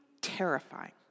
terrifying